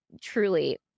truly